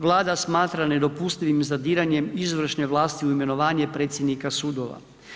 Vlada smatra nedopustivim zadiranjem izvršne vlasti u imenovanje predsjednika sudova.